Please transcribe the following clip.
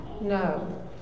No